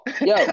Yo